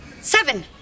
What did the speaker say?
Seven